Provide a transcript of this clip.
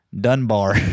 Dunbar